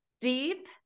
deep